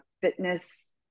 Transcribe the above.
fitness